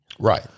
Right